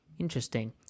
interesting